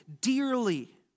dearly